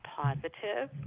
positive